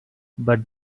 but